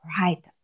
Right